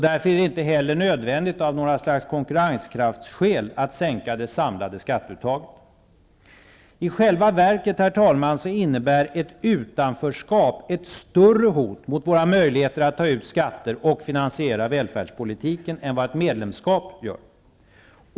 Därför är det inte heller nödvändigt att av några slags konkurrenskraftsskäl sänka det samlade skatteuttaget. I själva verket innebär ett utanförskap ett större hot mot våra möjlighter att ta ut skatter och finansiera välfärdspolitiken än ett medlemskap gör.